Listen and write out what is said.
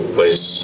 place